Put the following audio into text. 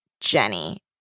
jenny